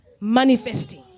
manifesting